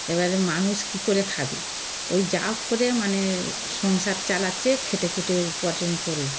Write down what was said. এবারে মানুষ কী করে খাবে ওই যাহোক করে মানে সংসার চালাচ্ছে খেটেখুটে উপার্জন করে